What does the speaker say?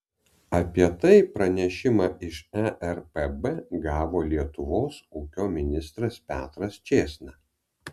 apie tai pranešimą iš erpb gavo lietuvos ūkio ministras petras čėsna